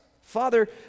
Father